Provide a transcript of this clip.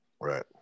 Right